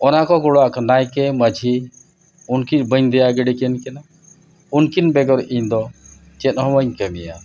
ᱚᱱᱟ ᱠᱚ ᱜᱚᱲᱚ ᱟᱜ ᱠᱟᱱᱟ ᱱᱟᱭᱠᱮ ᱢᱟᱺᱡᱷᱤ ᱩᱱᱠᱤᱱ ᱵᱟᱹᱧ ᱫᱮᱭᱟ ᱜᱤᱲᱤ ᱠᱤᱱ ᱠᱟᱱᱟ ᱩᱱᱠᱤᱱ ᱵᱮᱜᱚᱨ ᱤᱧᱫᱚ ᱪᱮᱫ ᱦᱚᱸ ᱵᱟᱹᱧ ᱠᱟᱹᱢᱤᱭᱟ